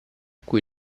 cui